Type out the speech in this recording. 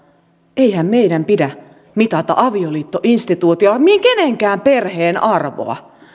eihän meidän pidä mitata avioliittoinstituutiolla kenenkään perheen arvoa